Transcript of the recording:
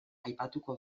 aipatuko